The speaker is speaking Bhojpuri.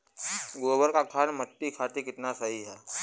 गोबर क खाद्य मट्टी खातिन कितना सही ह?